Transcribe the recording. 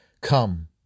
Come